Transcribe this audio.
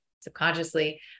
subconsciously